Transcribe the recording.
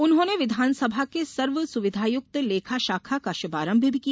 उन्होंने विधानसभा के सर्वसुविधायक्त लेखा शाखा का श्भारंभ भी किया